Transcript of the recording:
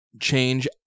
change